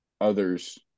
others